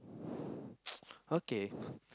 okay